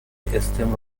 stem